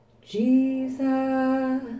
Jesus